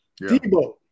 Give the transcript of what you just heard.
Debo